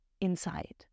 inside